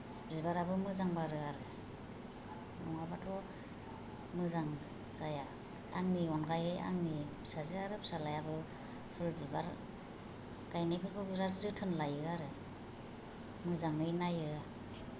बिबाराबो मोजां बारो आरो नङाबाथ' मोजां जाया आंनि अनगायै आंनि फिसाजो आरो फिसालायाबो फुल बिबार गायनायफोरखौ बिराद जोथोन लायो आरो मोजांयै नायो